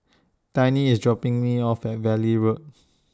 Tiny IS dropping Me off At Valley Road